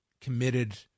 committed